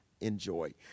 enjoy